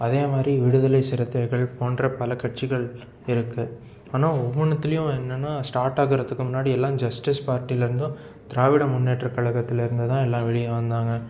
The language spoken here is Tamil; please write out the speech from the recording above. அதே மாதிரி விடுதலை சிறுத்தைகள் போன்ற பல கட்சிகள் இருக்குது ஆனால் ஒவ்வொன்னுத்துலேயும் என்னென்னா ஸ்டார்ட்டாகிறதுக்கு முன்னாடி எல்லாம் ஜஸ்டிஸ் பார்ட்டியில் இருந்தும் திராவிட முன்னேற்ற கழகத்தில் இருந்துதான் எல்லாம் வெளியே வந்தாங்க